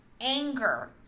anger